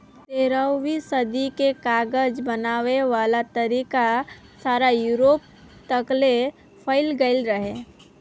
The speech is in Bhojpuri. तेरहवीं सदी में कागज बनावे वाला तरीका सारा यूरोप तकले फईल गइल रहे